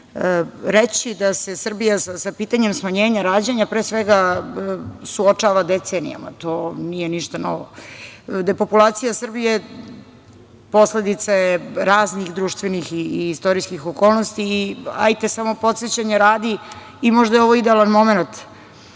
reći da se Srbija sa pitanjem smanjenja rađanja pre svega suočava decenijama. To nije ništa novo. Depopulacija Srbije posledica je raznih društvenih i istorijskih okolnosti i, hajte samo podsećanja radi, možda je ovo idealan momenat